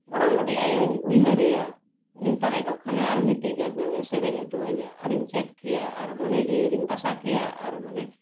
ᱜᱚᱲᱚᱢ ᱵᱩᱰᱷᱤ ᱟᱭᱳᱧ ᱩᱭᱦᱟᱹᱨᱮᱭᱟ ᱩᱱᱤ ᱛᱟᱦᱮᱸ ᱠᱚᱜ ᱠᱷᱟᱱᱮ ᱟᱨ ᱢᱤᱫᱴᱤᱡ ᱜᱟᱱ ᱦᱩᱱᱟᱹᱝ ᱮ ᱥᱮᱨᱮᱧ ᱦᱚᱴᱚᱣᱟᱹᱧᱟᱹ ᱟᱨᱤᱧ ᱪᱮᱫ ᱠᱮᱭᱟ ᱟᱨ ᱢᱚᱱᱮ ᱡᱤᱭᱤᱨᱤᱧ ᱵᱟᱥᱟ ᱠᱮᱭᱟ ᱟᱨ ᱢᱟᱱᱮ